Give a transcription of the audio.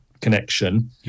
connection